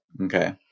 Okay